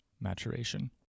maturation